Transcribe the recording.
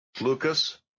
Lucas